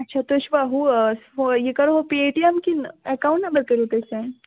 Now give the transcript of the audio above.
اَچھا تُہۍ چھُوا ہُو یہِ کرہو پیٚے ٹی ایٚم کِنہٕ ایٚکاونٛٹ نمبر کَرِو تُہۍ سینٛڈ